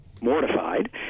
mortified